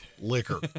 liquor